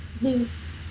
loose